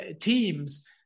teams